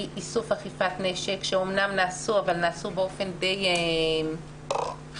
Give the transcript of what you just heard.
איסוף ואכיפת נשק שאמנם נעשו אבל נעשו באופן די "חאפרי",